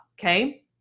okay